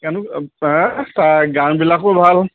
হাঁ তাৰ গানবিলাকো ভাল